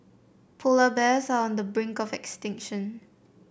polar bears are on the brink of extinction